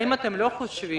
האם אתם לא חושבים